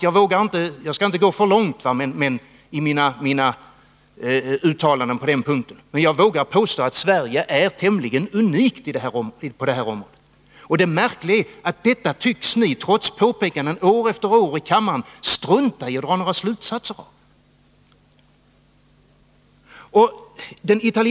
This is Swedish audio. Jag skall inte gå för långt i mina uttalanden på den här punkten, men jag vågar påstå att Sverige är tämligen unikt på det här området. Och det märkliga är att ni — trots påpekanden år efter år i kammaren — tycks strunta i att dra några slutsatser av det vi anför.